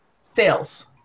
sales